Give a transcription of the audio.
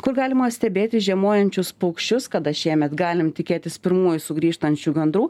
kur galima stebėti žiemojančius paukščius kada šiemet galim tikėtis pirmųjų sugrįžtančių gandų